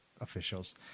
officials